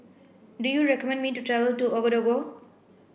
do you recommend me to travel to Ouagadougou